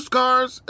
cars